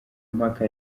mpaka